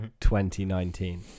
2019